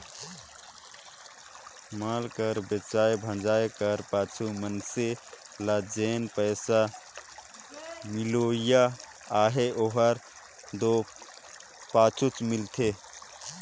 माल कर बेंचाए भंजाए कर पाछू मइनसे ल जेन पइसा मिलोइया अहे ओहर दो पाछुच मिलथे